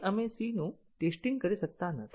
આપણે સીનું ટેસ્ટીંગ કરી શકતા નથી